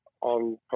on